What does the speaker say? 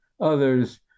others